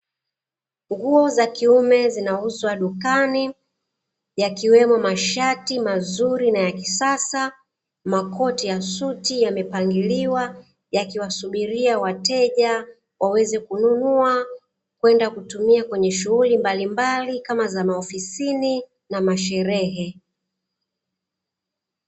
Nguo za kiume zinauzwa dukani yakiwemo mashati mazuri na ya kisasa, makoti ya suti; yamepangiliwa yakiwasubiria wateja waweze kununua kwenda kutumiwa kwenye shughuli mbalimbali, kama za maofisini na masherehe.